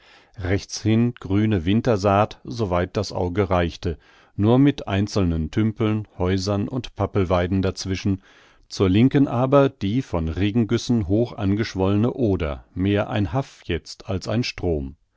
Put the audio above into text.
großartigkeit rechtshin grüne wintersaat so weit das auge reichte nur mit einzelnen tümpeln häusern und pappelweiden dazwischen zur linken aber die von regengüssen hoch angeschwollene oder mehr ein haff jetzt als ein strom